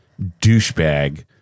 douchebag